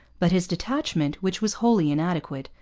but his detachment, which was wholly inadequate,